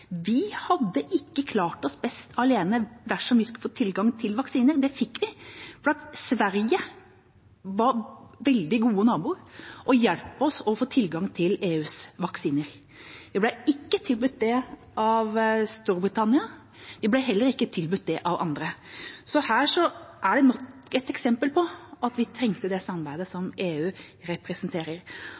hadde vi ikke klart oss best alene da vi skulle få tilgang til vaksiner. Det fikk vi fordi Sverige var en veldig god nabo og hjalp oss å få tilgang til EUs vaksiner. Vi ble ikke tilbudt det av Storbritannia. Vi ble heller ikke tilbudt det av andre. Så det er nok et eksempel på at vi trengte det samarbeidet som EU representerer.